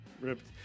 Ripped